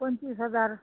पंचवीस हजार